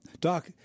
Doc